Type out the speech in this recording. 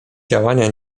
działania